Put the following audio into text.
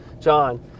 John